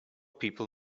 people